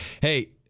Hey